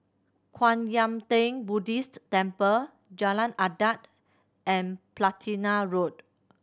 Kwan Yam Theng Buddhist Temple Jalan Adat and Platina Road